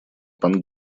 пан